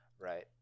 right